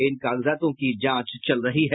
इन कागजातों की जांच की जा रही है